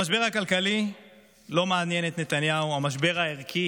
המשבר הכלכלי לא מעניין את נתניהו, המשבר הערכי